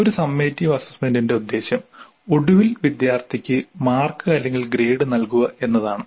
ഒരു സമ്മേറ്റിവ് അസ്സസ്സ്മെന്റിന്റെ ഉദ്ദേശ്യം ഒടുവിൽ വിദ്യാർത്ഥിക്ക് മാർക്ക് അല്ലെങ്കിൽ ഗ്രേഡ് നൽകുക എന്നതാണ്